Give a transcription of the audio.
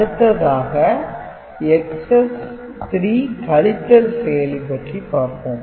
அடுத்ததாக XS - 3கழித்தல் செயலி பற்றி பார்ப்போம்